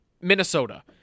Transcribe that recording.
Minnesota